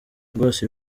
rwose